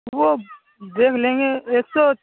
وہ دیکھ لیں گے ایک سو